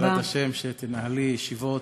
בעזרת השם שתנהלי ישיבות,